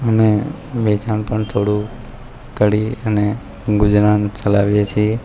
અમે વેચાણ પણ થોડું કરીએ અને ગુજરાન ચલાવીએ છીએ